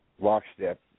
lockstep